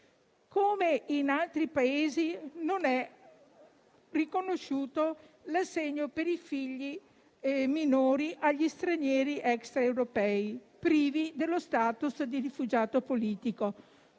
come in altri Paesi non è riconosciuto l'assegno per i figli minori agli stranieri extraeuropei privi dello *status* di rifugiato politico